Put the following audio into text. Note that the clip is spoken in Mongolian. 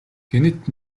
гэнэт